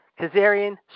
Kazarian